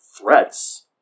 threats